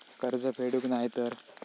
कर्ज फेडूक नाय तर?